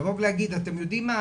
לבוא ולהגיד, אתם יודעים מה?